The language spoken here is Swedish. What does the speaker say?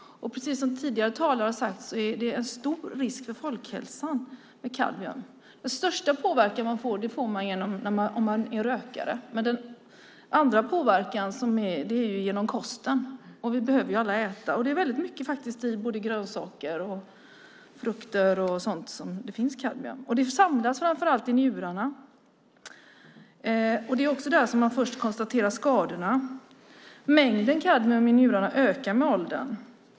Precis som tidigare talare har sagt är det en stor risk för folkhälsan med kadmium. Den största påverkan får man om man är rökare, men den näst största påverkan sker genom kosten, och vi behöver alla äta. Det finns väldigt mycket kadmium i grönsaker, frukter och sådant. Det samlas framför allt i njurarna, och det är också där man först konstaterar skadorna. Mängden kadmium i njurarna ökar med åldern.